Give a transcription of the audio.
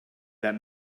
that